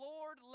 Lord